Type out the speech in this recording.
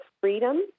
freedom